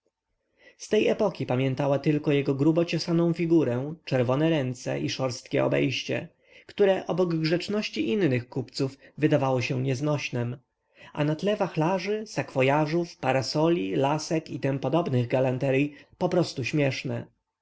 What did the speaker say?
z tej epoki pamiętała tylko jego grubo ciosaną figurę czerwone ręce i szorstkie obejście które obok grzeczności innych kupców wydawało się nieznośnem a na tle wachlarzy sakwojażów parasoli lasek i tym podobnych galanteryj poprostu śmieszne